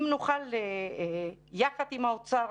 אם נוכל יחד עם האוצר,